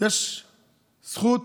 יש זכות